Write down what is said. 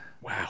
wow